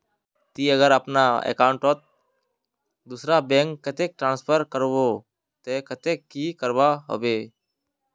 ती अगर अपना अकाउंट तोत दूसरा बैंक कतेक ट्रांसफर करबो ते कतेक की करवा होबे बे?